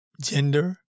gender